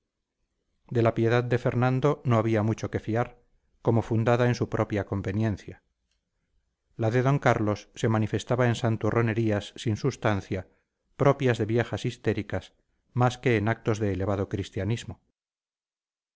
de la piedad de fernando no había mucho que fiar como fundada en su propia conveniencia la de d carlos se manifestaba en santurronerías sin substancia propias de viejas histéricas más que en actos de elevado cristianismo